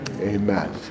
Amen